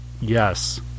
yes